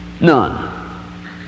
None